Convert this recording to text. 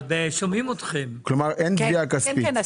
כן,